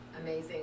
Amazing